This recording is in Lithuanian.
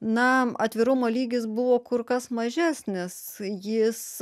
na atvirumo lygis buvo kur kas mažesnis jis